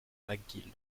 mcgill